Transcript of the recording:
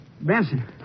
Benson